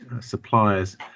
suppliers